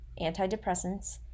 antidepressants